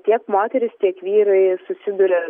tiek moterys tiek vyrai susiduria